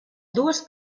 dues